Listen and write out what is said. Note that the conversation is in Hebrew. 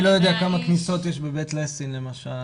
אני לא יודע כמה כניסות יש בבית ליסין, למשל.